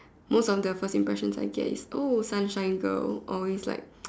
most of the first impressions I get is oh sunshine girl or is like